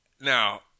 Now